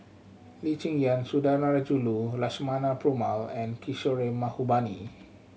Lee Cheng Yan Sundarajulu Lakshmana Perumal and Kishore Mahbubani